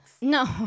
No